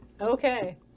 Okay